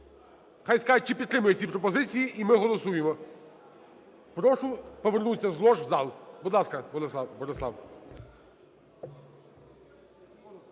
Хай скаже, чи підтримують ці пропозиції, і ми голосуємо. Прошу повернутись з лож в зал. Будь ласка, Борислав.